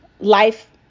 life